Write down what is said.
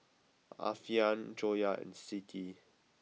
Alfian Joyah and Siti